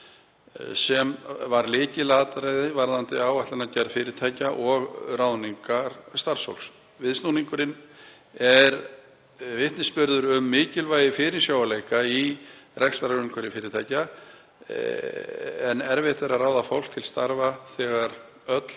sem var lykilatriði varðandi áætlanagerð fyrirtækja og ráðningar starfsfólks. Viðsnúningurinn er vitnisburður um mikilvægi fyrirsjáanleika í rekstrarumhverfi fyrirtækja en erfitt er að ráða fólk til starfa þegar öll